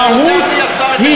המהות היא,